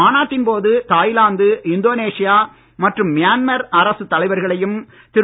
மாநாட்டின் போது Thailand Indonesia மற்றும் மியான்மர் அரசுத் தலைவர்களையும் திரு